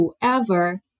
whoever